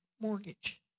mortgage